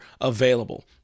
available